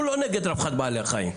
אנחנו לא נגד רווחת בעלי החיים,